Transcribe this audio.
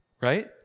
right